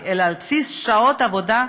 אלא על בסיס שעות עבודה,